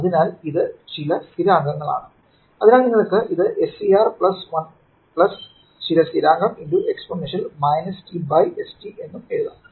അതിനാൽ ഇത് ചില സ്ഥിരാങ്കങ്ങളാണ് അതിനാൽ നിങ്ങൾക്ക് ഇത് SCR 1 ചില സ്ഥിരാങ്കം x എക്സ്പോണൻഷ്യൽ t st എന്നും എഴുതാം